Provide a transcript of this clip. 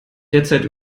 derzeit